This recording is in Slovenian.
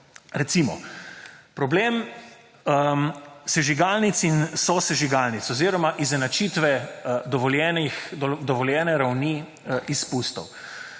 recimo, problem sežigalnic in sosežigalnic oziroma izenačitve dovoljene ravni izpustov.